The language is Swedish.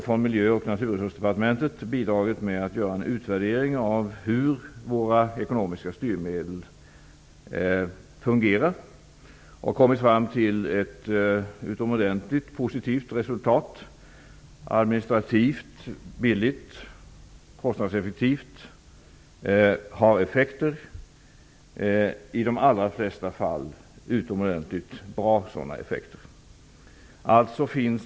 Från Miljö och naturresursdepartementet har vi bidragit med att göra en utvärdering av hur våra ekonomiska styrmedel fungerar. Vi har kommit fram till ett utomordentligt positivt resultat som är administrativt billigt, kostnadseffektivt och som i de allra flesta fall har utomordentligt bra effekt.